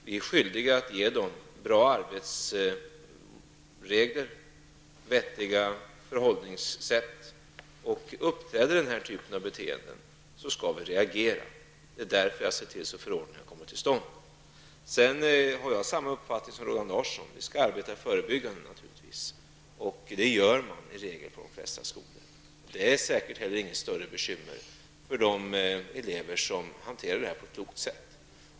Vi är skyldiga att ge dem bra arbetsregler, vettiga förhållningssätt. Förekommer då den här typen av beteende skall vi reagera. Det är därför jag har sett till att förordningen har kommit till stånd. Jag har samma uppfattning som Roland Larsson, att vi naturligtvis skall arbeta förebyggande. Det gör man i regel på de flesta skolor. Det är säkert inte heller något större bekymmer för de elever som hanterar det här på ett klokt sätt.